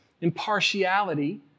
impartiality